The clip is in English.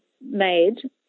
made